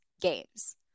games